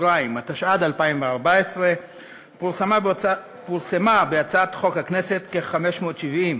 התשע"ד 2014. היא פורסמה בהצעת חוק הכנסת כ/570,